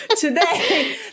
today